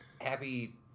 happy